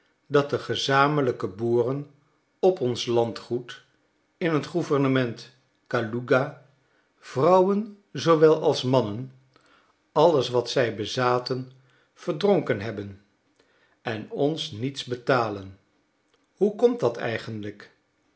dat de gezamenlijke boeren op ons landgoed in het gouvernement kaluga vrouwen zoowel als mannen alles wat zij bezaten verdronken hebben en ons niets betalen hoe komt dat eigenlijk